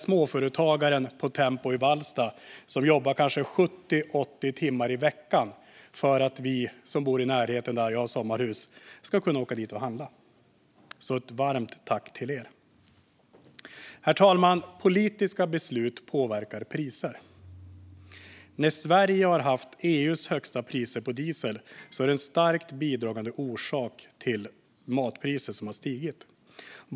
Småföretagaren på Tempo i Vallsta jobbar kanske 70 eller 80 timmar i veckan för att vi som bor i närheten - jag har sommarhus där - ska kunna åka dit och handla. Ett varmt tack till er! Herr talman! Politiska beslut påverkar priser. Att Sverige haft EU:s högsta priser på diesel är en starkt bidragande orsak till att matpriserna stigit.